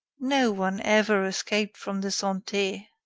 no one ever escaped from the sante.